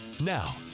now